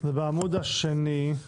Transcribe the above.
זה בעמוד השני.